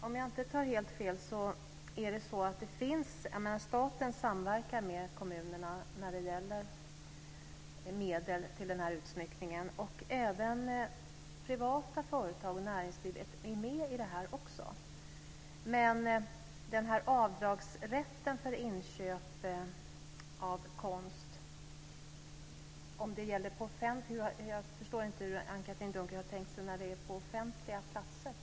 Om jag inte tar helt fel samverkar staten med kommunerna när det gäller medel för utsmyckning. Även privata företag och näringslivet är med i detta. Anne-Katrine Dunker talade om avdragsrätt för inköp av konst. Jag förstår inte hur hon har tänkt sig när det gäller offentliga platser.